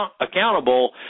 accountable